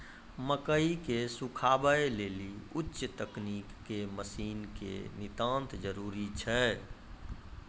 मकई के सुखावे लेली उच्च तकनीक के मसीन के नितांत जरूरी छैय?